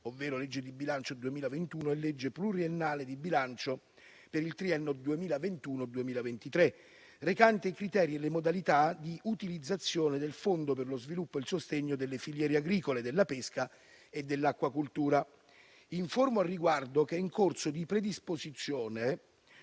ovvero legge di bilancio 2021 e legge pluriennale di bilancio per il triennio 2021-2023, recante criteri e modalità di utilizzazione del fondo per lo sviluppo e il sostegno delle filiere agricole, della pesca e dell'acquacoltura. Informo al riguardo che è in corso di predisposizione